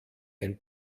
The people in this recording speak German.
ein